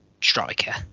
striker